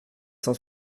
cent